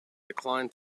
declined